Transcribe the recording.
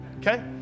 Okay